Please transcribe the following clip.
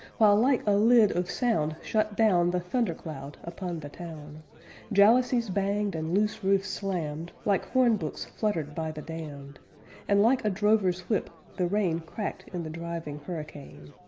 while like a lid of sound shut down the thunder-cloud upon the town jalousies banged and loose roofs slammed, like hornbooks fluttered by the damned and like a drover's whip the rain cracked in the driving hurricane.